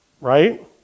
right